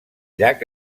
llac